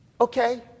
Okay